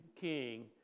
king